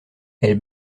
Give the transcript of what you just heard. elle